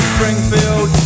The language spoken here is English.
Springfield